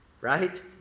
right